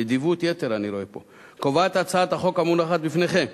נדיבות יתר אני רואה פה קובעת הצעת החוק המונחת בפניכם,